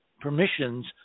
permissions